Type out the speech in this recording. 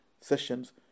sessions